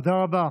תודה רבה.